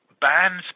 bands